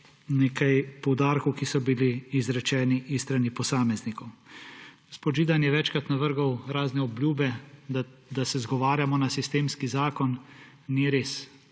nekaj poudarkov, ki so bili izrečeni s strani posameznikov. Gospod Židan je večkrat navrgel razne obljube, da se izgovarjamo na sistemski zakon. Ni res!